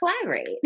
collaborate